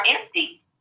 empty